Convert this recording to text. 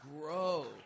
Grow